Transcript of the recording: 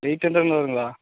eight ஹண்ட்ரட்டில் வருங்களா